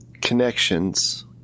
Connections